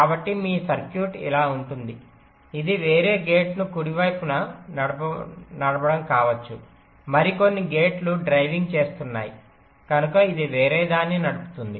కాబట్టి మీ సర్క్యూట్ ఇలా ఉంటుంది ఇది వేరే గేటును కుడివైపు నడపడం కావచ్చు మరికొన్ని గేట్లు డ్రైవింగ్ చేస్తున్నాయి కనుక ఇది వేరేదాన్ని నడుపుతుంది